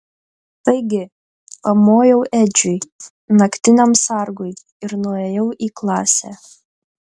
taigi pamojau edžiui naktiniam sargui ir nuėjau į klasę